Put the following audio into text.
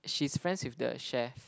she's friends with the chef